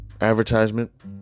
advertisement